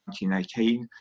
1918